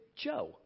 Joe